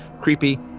Creepy